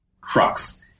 crux